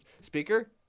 speaker